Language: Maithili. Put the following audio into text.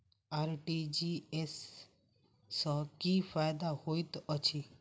आर.टी.जी.एस सँ की फायदा होइत अछि?